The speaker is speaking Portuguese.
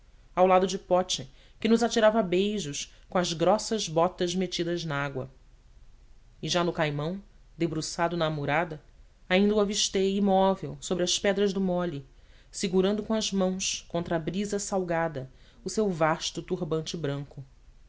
ao lado de pote que nos atirava beijos com as grossas botas metidas na água e já no caimão debruçado na amurada ainda o avistei imóvel sobre as pedras do molhe segurando com as mãos contra a brisa salgada o seu vasto turbante branco